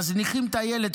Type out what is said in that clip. מזניחים את הילד,